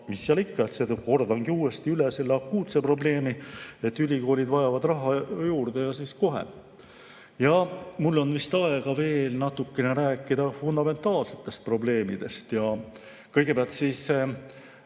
Mis seal ikka, kordangi uuesti üle selle akuutse probleemi, et ülikoolid vajavad raha juurde ja kohe. Mul on vist aega veel natukene rääkida fundamentaalsetest probleemidest. Kõigepealt kaks